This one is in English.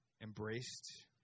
embraced